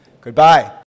Goodbye